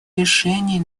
решений